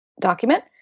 document